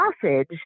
sausage